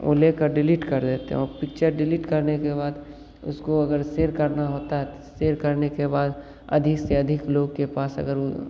वो लेकर डिलीट कर देते हैं और पिक्चर डिलीट करने के बाद उसको अगर शेयर करना होता है शेयर करने के बाद अधिक से अधिक लोग के पास अगर वो